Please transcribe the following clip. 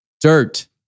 dirt